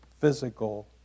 physical